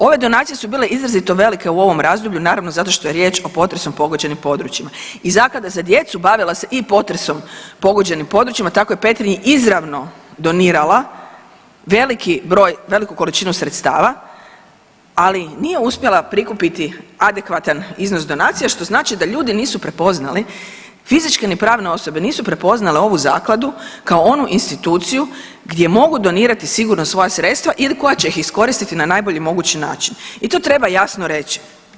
Ove donacije su bile izrazito velike u ovom razdoblju, naravno zato što je riječ o potresom pogođenim područja i zaklada za djecu bavila se i potresom pogođenim područjima, tako je Petrinji izravno donirala veliki broj veliku količinu sredstava, ali nije uspjela prikupiti adekvatan iznos donacija što znači da ljudi nisu prepoznali fizičke ni pravne osobe nisu prepoznale ovu zakladu kao onu instituciju gdje mogu donirati sigurno svoja sredstva ili koja će ih iskoristiti na najbolji mogući način i to treba jasno reći.